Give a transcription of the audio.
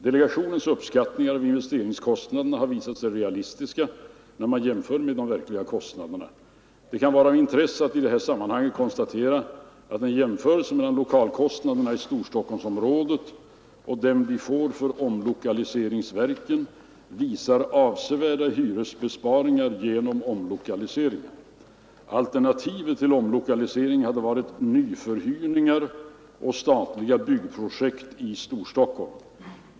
Delegationens uppskattningar av investeringskostnaderna har visat sig realistiska när man jämför med de verkliga kostnaderna. Det kan vara av intresse att i detta sammanhang konstatera att en jämförelse mellan lokalkostnaderna i Storstockholmsområdet och dem vi får för omlokaliseringsverken visar avsevärda hyresbesparingar genom omlokaliseringen. Alternativet till omlokalisering hade varit nyförhyrningar och statliga byggprojekt i Storstockholm.